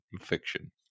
fiction